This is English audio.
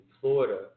Florida